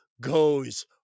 goes